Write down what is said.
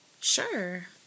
Sure